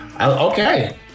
okay